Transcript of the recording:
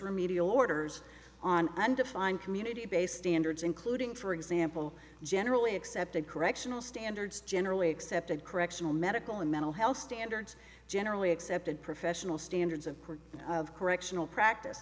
remedial orders on and define community based standards including for example generally accepted correctional standards generally accepted correctional medical and mental health standards generally accepted professional standards of care of correctional practice